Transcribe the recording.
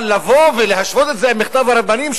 אבל לבוא ולהשוות את זה למכתב הרבנים,